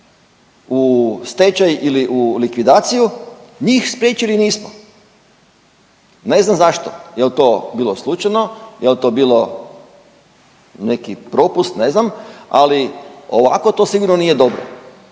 u stečaj ili u likvidaciju, njih spriječili nismo, ne znam zašto, jel to bilo slučajno, jel to bilo neki propust ne znam, ali ovako to sigurno nije dobro,